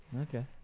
Okay